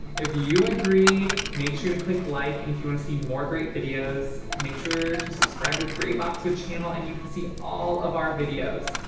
if you you agree, make sure to click like and if you wanna see more great videos, make sure to subscribe to the gray boxwood channel and you can see all of our videos.